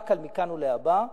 רק על מכאן ולהבא,